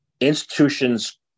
institutions